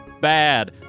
Bad